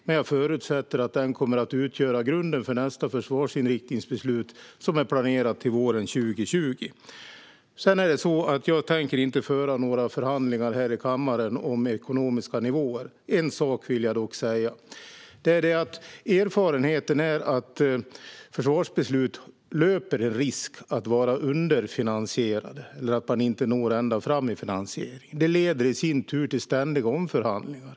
Men jag förutsätter att den kommer att utgöra grunden för nästa försvarsinriktningsbeslut, som är planerat till våren 2020. Jag tänker inte föra några förhandlingar här i kammaren om ekonomiska nivåer. En sak vill jag dock säga. Det är att erfarenheten visar att försvarsbeslut löper en risk att vara underfinansierade. Det finns också en risk att man inte når hela vägen fram med finansieringen. Det leder i sin tur till ständiga omförhandlingar.